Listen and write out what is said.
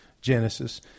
Genesis